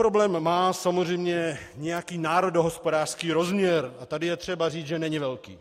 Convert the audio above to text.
Problém má samozřejmě nějaký národohospodářský rozměr, a tady je třeba říct, že není velký.